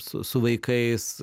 su vaikais